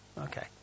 okay